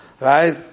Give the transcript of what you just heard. right